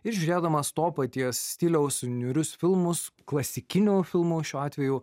ir žiūrėdamas to paties stiliaus niūrius filmus klasikiniu filmu šiuo atveju